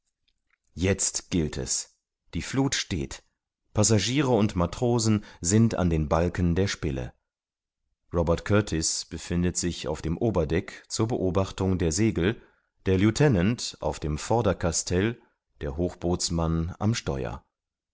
jetzt gilt es die fluth steht passagiere und matrosen sind an den balken der spille robert kurtis befindet sich auf dem oberdeck zur beobachtung der segel der lieutenant auf dem vordercastell der hochbootsmann am steuer